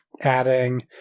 adding